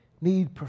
need